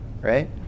right